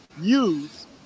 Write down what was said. use